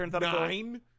Nine